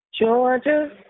Georgia